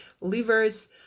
livers